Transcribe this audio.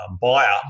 buyer